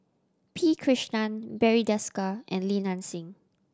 P Krishnan Barry Desker and Li Nanxing